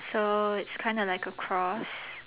so it's kind of like a cross